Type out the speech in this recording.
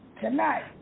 Tonight